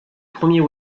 premier